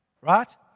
Right